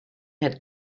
had